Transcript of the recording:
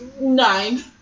Nine